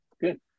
good